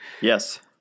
Yes